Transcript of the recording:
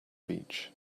beach